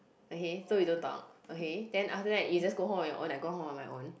okay so we don't talk okay then after that you just go home on your own I go home on my own